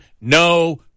no